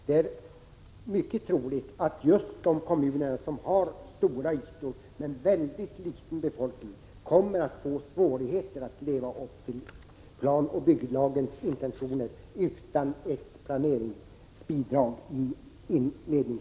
Det är mycket troligt att just de kommuner som har stora ytor men väldigt liten befolkning i inledningsskedet kommer att få svårigheter när det gäller att leva upp till planoch bygglagens intentioner om de inte får ett planeringsbidrag.